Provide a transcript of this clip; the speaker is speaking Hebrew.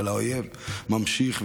אבל האויב ממשיך,